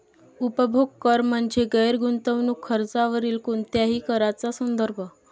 उपभोग कर म्हणजे गैर गुंतवणूक खर्चावरील कोणत्याही कराचा संदर्भ